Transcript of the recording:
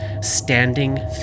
standing